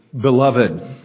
beloved